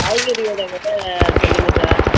காய்கறி வெலைய மட்டும் சொல்லுங்கள் சார்